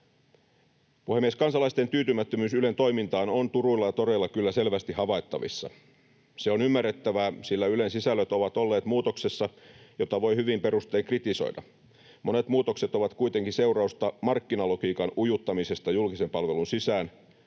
Puhemies! Kansalaisten tyytymättömyys Ylen toimintaan on turuilla ja toreilla kyllä selvästi havaittavissa. Se on ymmärrettävää, sillä Ylen sisällöt ovat olleet muutoksessa, jota voi hyvin perustein kritisoida. Monet muutokset ovat kuitenkin seurausta markkinalogiikan ujuttamisesta julkisen palvelun sisään,